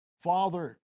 Father